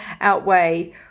outweigh